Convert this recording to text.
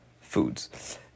foods